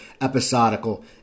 episodical